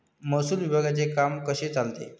महसूल विभागाचे काम कसे चालते?